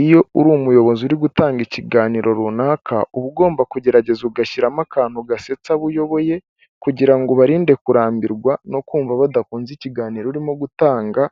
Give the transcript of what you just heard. Iyo uri umuyobozi uri gutanga ikiganiro runaka uba ugomba kugerageza ugashyiramo akantu gasetsa abo uyoboye kugirango ngo ubarinde kurambirwa no kumva badakunze ikiganiro urimo gutanga